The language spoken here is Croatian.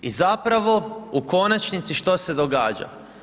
I zapravo u konačnici, što se događa?